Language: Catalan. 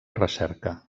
recerca